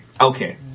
Okay